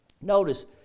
Notice